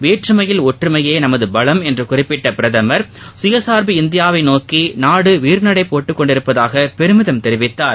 வேற்றுமையில் ஒற்றுமையே நமது பலம் என்று குறிப்பிட்ட பிரதமர் சுயசார்பு இந்தியாவை நோக்கி நாடு வீறுநடை போட்டுக்கொண்டிருப்பதாக பிரதமர் பெருமிதம் தெரிவித்தார்